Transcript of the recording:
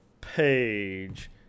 page